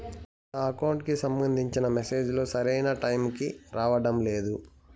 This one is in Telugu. నా అకౌంట్ కు సంబంధించిన మెసేజ్ లు సరైన టైము కి రావడం లేదు